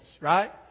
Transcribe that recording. right